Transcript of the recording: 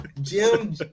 Jim